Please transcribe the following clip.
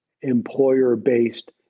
employer-based